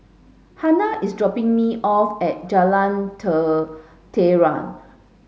Hannah is dropping me off at Jalan Tenteram